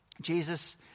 Jesus